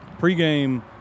pregame